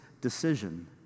decision